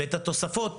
ולתת את התוספות